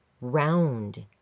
round